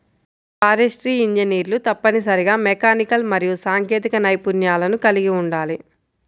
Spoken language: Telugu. ఫారెస్ట్రీ ఇంజనీర్లు తప్పనిసరిగా మెకానికల్ మరియు సాంకేతిక నైపుణ్యాలను కలిగి ఉండాలి